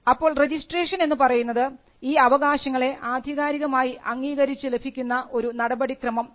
അപ്പോൾ രജിസ്ട്രേഷൻ എന്ന് പറയുന്നത് ഈ അവകാശങ്ങളെ ആധികാരികമായി അംഗീകരിച്ചു ലഭിക്കുന്ന ഒരു നടപടിക്രമം ആണ്